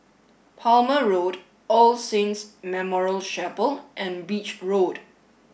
Palmer Road All Saints Memorial Chapel and Beach Road